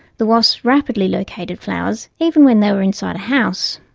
the wasps rapidly located flowers even when they were inside a house.